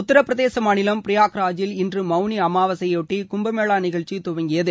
உத்தரப்பிரதேச மாநிலம் பிரயாக்ராஜில் இன்று மவுனி அமாவாசையையொட்டி கும்பமேளா நிகழ்ச்சி துவங்கியது